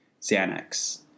Xanax